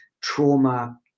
trauma